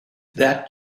that